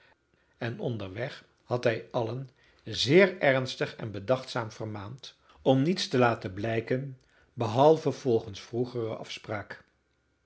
en onderweg had hij allen zeer ernstig en bedachtzaam vermaand om niets te laten blijken behalve volgens vroegere afspraak